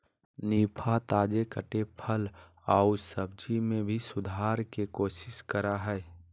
निफा, ताजे कटे फल आऊ सब्जी में भी सुधार के कोशिश करा हइ